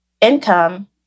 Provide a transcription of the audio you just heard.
income